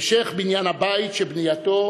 על המשך בניין הבית שבנייתו